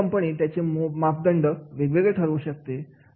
प्रत्येक कंपनी त्यांचे मापदंड वेगवेगळे ठरवू शकते